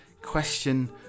question